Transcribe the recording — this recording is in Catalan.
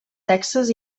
texas